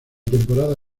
temporada